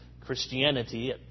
Christianity